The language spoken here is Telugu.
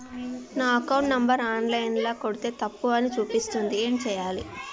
నా అకౌంట్ నంబర్ ఆన్ లైన్ ల కొడ్తే తప్పు అని చూపిస్తాంది ఏం చేయాలి?